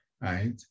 right